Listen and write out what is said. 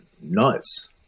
nuts